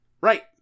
Right